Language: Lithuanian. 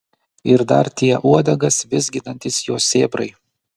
ir dar tie uodegas vizginantys jo sėbrai